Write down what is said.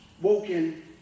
woken